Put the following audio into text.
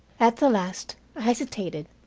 at the last i hesitated.